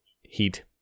heat